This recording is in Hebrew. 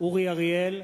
אורי אריאל,